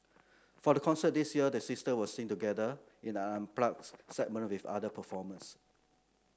for the concert this year the sister will sing together in an unplugged segment with other performers